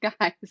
Guys